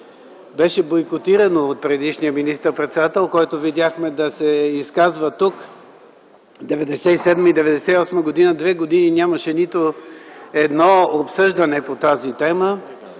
Беше бойкотирано от предишния министър-председател, когото видяхме да се изказва тук. През 1997-98 г. – две години нямаше нито едно обсъждане по тази тема.